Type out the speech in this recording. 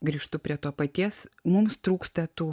grįžtu prie to paties mums trūksta tų